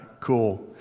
cool